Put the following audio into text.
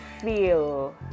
feel